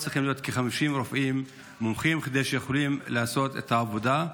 צריכים להיות לפחות כ-50 רופאים מומחים כדי שיוכלו לעשות את העבודה.